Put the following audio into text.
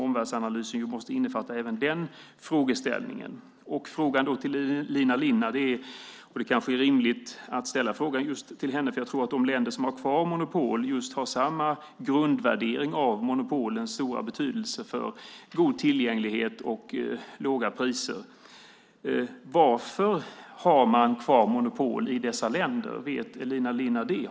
Omvärldsanalysen måste ju innefatta även den frågeställningen. Frågan till Elina Linna - det kanske är rimligt att ställa frågan till just henne, för jag tror att de länder som har kvar monopol har just samma grundvärdering av monopolens stora betydelse för god tillgänglighet och låga priser - är: Varför har man kvar monopol i dessa länder? Vet Elina Linna det?